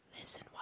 Listen